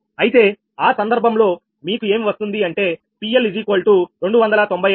అయితే ఆ సందర్భంలో మీకు ఏమి వస్తుంది అంటే PL295 MW